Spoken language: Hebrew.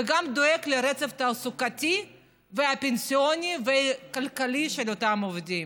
וגם דואג לרצף התעסוקתי והפנסיוני והכלכלי של אותם עובדים.